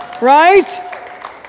Right